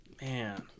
Man